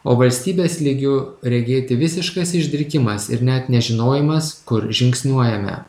o valstybės lygiu regėti visiškas išdrikimas ir net nežinojimas kur žingsniuojame